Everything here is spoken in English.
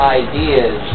ideas